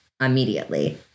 immediately